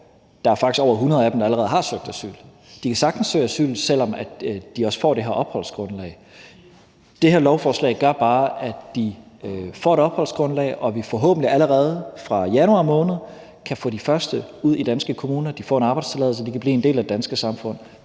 Der er faktisk over hundrede af dem, der allerede har søgt asyl. De kan sagtens søge asyl, selv om de også får det her opholdsgrundlag. Det her lovforslag gør bare, at de får et opholdsgrundlag, og at vi forhåbentlig allerede fra januar måned kan få de første ud i de danske kommuner. De får en arbejdstilladelse, de kan blive en del af det danske samfund,